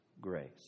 grace